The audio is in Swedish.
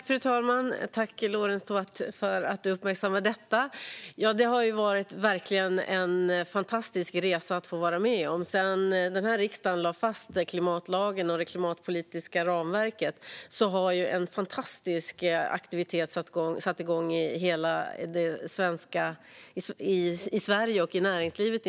Fru talman! Jag tackar Lorentz Tovatt för att han uppmärksammar detta. Det har verkligen varit en fantastisk resa att få vara med om. Sedan den här riksdagen lade fast klimatlagen och det klimatpolitiska ramverket har en fantastisk aktivitet satt igång i Sverige, inte minst i näringslivet.